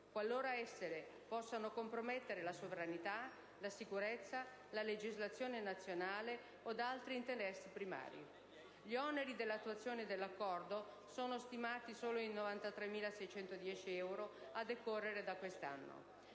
qualora esse possano compromettere la sovranità, la sicurezza, la legislazione nazionale od altri interessi primari. Gli oneri dell'attuazione dell'Accordo sono stimati solo in 93.610 euro, a decorrere da quest'anno.